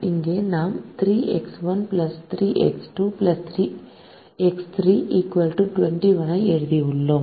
இங்கே நாம் 3X1 3X2 X3 21 ஐ எழுதியுள்ளோம்